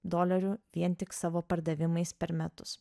dolerių vien tik savo pardavimais per metus